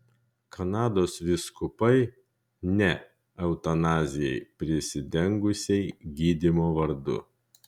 kanados vyskupai ne eutanazijai prisidengusiai gydymo vardu